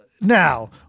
Now